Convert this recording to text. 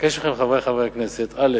אבקש מכם, חברי חברי הכנסת, א.